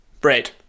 Bread